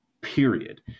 period